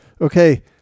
Okay